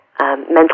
mental